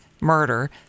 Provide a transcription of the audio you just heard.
murder